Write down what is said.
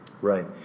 Right